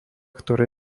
ktoré